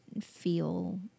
feel